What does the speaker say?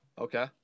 Okay